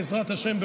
בעזרת השם,